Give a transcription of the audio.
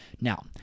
now